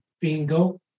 Bingo